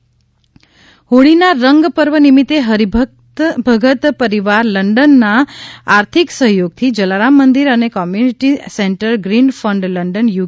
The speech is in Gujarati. હોળીદાન હોળીના રંગપર્વ નિમિત્તે હરિભગત પરિવાર લંડન ના આર્થિક સહયોગથી Jalaram Mandir and Community Centre Greenford London you